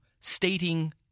stating